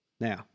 Now